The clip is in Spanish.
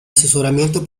asesoramiento